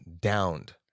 downed